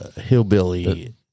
Hillbilly